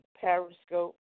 periscope